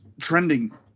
trending